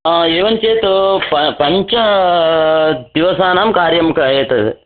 आ एवं चेत् प पञ्च दिवसानां कार्यं किम् एतद्